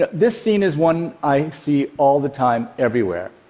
this scene is one i see all the time everywhere,